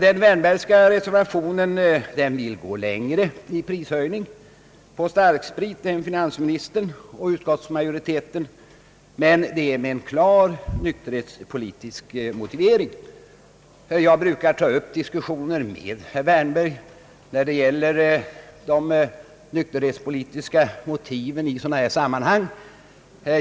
Herr Wärnberg vill i sin reservation gå längre i fråga om höjning av priset på starksprit än finansministern och utskottsmajoriteten, men det är med en klar nykterhetspolitisk motivering. Jag brukar ta upp diskussioner med herr Wärnberg om de nykterhetspolitiska motiven i sådana här sammanhang.